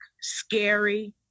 scary